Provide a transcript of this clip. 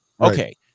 Okay